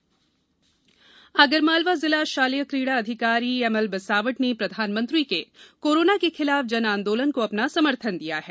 जन आंदोलन आगरमालवा जिला शालेय क्रीड़ा अधिकारी एम एल बिसावट ने प्रधानमंत्री के कोरोना के खिलाफ जनआंदोलन को अपना समर्थन दिया है